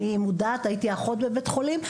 אני מודעת, אני הייתי אחות בבית חולים.